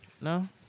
No